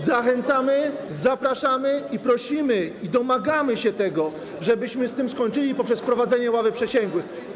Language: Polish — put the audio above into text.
Zachęcamy, zapraszamy, prosimy i domagamy się tego, żebyśmy z tym skończyli poprzez wprowadzenie ławy przysięgłych.